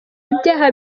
ibyaha